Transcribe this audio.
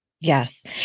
Yes